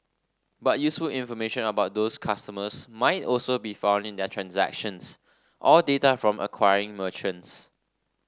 but useful information about those customers might also be found in their transactions or data from acquiring merchants